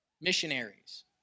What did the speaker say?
Missionaries